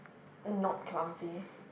not clumsy